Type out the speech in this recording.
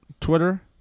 Twitter